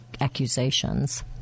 accusations